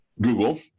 Google